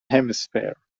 hemisphere